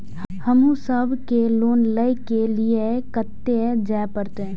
हमू सब के लोन ले के लीऐ कते जा परतें?